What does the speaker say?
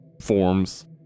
forms